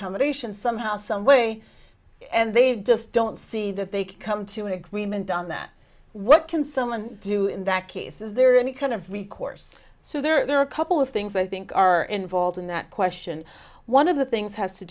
accommodation somehow some way and they just don't see that they could come to an agreement on that what can someone do in that case is there any kind of recourse so there are a couple of things i think are involved in that question one of the things has to